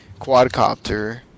quadcopter